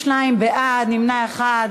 32 בעד, נמנע אחד.